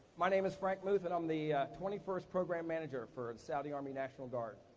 my name is frank muth, and i'm the twenty first program manager for saudi army national guard.